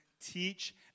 teach